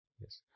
yes